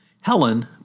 Helen